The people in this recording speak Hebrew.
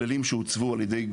כללים שהוצבו על ידי,